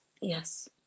Yes